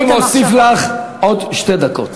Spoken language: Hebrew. אני מוסיף לך עוד שתי דקות.